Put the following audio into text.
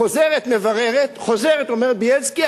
חוזרת ומבררת וחוזרת ואומרת: בילסקי,